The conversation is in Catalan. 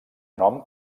nom